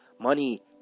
money